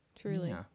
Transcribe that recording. Truly